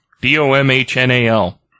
D-O-M-H-N-A-L